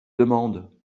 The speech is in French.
demande